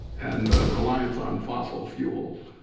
and reliance on fossil fuels.